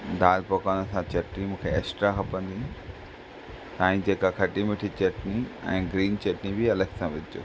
दाल पकवान सां चटणी मूंखे एक्स्ट्रा खपंदी ऐं जेका खट्टी मिठी चटणी ऐं ग्रीन चटणी बि अलगि॒ सां विझिजो